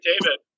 David